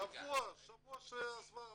שבוע שעזבה השרה.